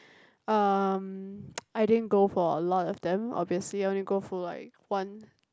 um I didn't go for a lot of them obviously I only go for like one